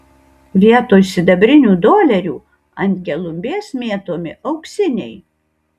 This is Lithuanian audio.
vietoj sidabrinių dolerių ant gelumbės mėtomi auksiniai